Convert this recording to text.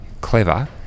clever